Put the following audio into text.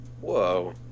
whoa